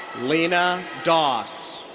leena daas.